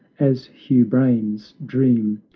as hugh brain's dream,